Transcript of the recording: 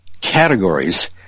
categories